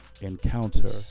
Encounter